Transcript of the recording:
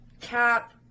Cap